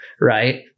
Right